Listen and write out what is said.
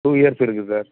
two years இருக்குது sir